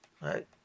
Right